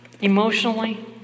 emotionally